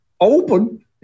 open